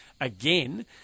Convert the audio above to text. again